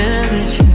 Damage